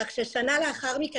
אלא ששנה לאחר מכן